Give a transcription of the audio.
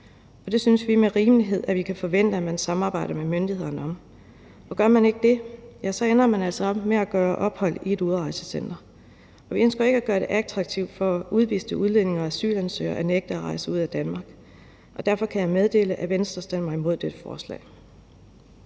Det synes vi med rimelighed at vi kan forvente at man samarbejder med myndighederne om. Gør man ikke det, ja, så ender man altså med at gøre ophold på et udrejsecenter. Vi ønsker ikke at gøre det attraktivt for udviste udlændinge og asylansøgere at nægte at rejse ud af Danmark, og derfor kan jeg meddele, at Venstre stemmer imod dette forslag.